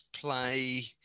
play